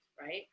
Right